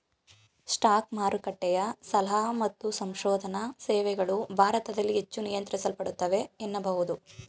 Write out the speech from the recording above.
stock ಮಾರುಕಟ್ಟೆಯ ಸಲಹಾ ಮತ್ತು ಸಂಶೋಧನಾ ಸೇವೆಗಳು ಭಾರತದಲ್ಲಿ ಹೆಚ್ಚು ನಿಯಂತ್ರಿಸಲ್ಪಡುತ್ತವೆ ಎನ್ನಬಹುದು